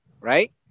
right